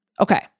Okay